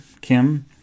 Kim